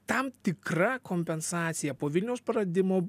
tam tikra kompensacija po vilniaus praradimo